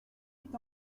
est